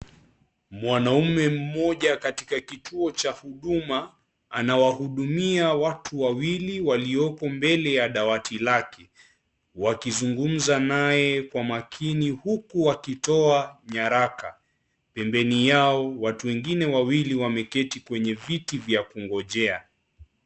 Mwanaume mmoja katika kituo cha huduma anawahudumia watu wawili walioko mbele ya dawati lake wakizungumza naye Kwa makini huku wakitoa nyaraka, pempeni yao watu wengine wawili wameketi kwenye viti vya kungojea.